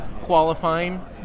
qualifying